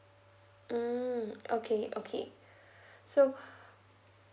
mm okay okay so